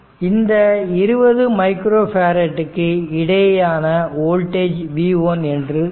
இந்த 20 மைக்ரோ பேரட்டுக்கு இடையேயான வோல்டேஜ் V1 என்று கொள்வோம்